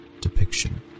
depiction